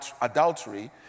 adultery